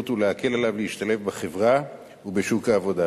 ולהקל עליו להשתלב בחברה ובשוק העבודה.